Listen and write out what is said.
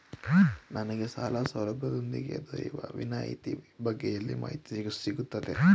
ನನಗೆ ಸಾಲ ಸೌಲಭ್ಯದೊಂದಿಗೆ ದೊರೆಯುವ ವಿನಾಯತಿಯ ಬಗ್ಗೆ ಎಲ್ಲಿ ಮಾಹಿತಿ ಸಿಗುತ್ತದೆ?